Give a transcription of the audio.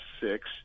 six